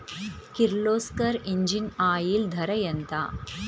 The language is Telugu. కిర్లోస్కర్ ఇంజిన్ ఆయిల్ ధర ఎంత?